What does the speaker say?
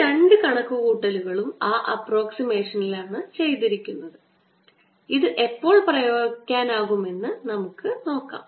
ഈ രണ്ട് കണക്കുകൂട്ടലുകളും ആ അപ്പ്രൊക്സിമേഷനിലാണ് ചെയ്തിരിക്കുന്നത് ഇത് എപ്പോൾ പ്രയോഗിക്കാനാകുമെന്ന് നമുക്ക് നോക്കാം